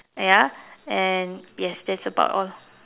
ya and yes that's about all